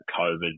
COVID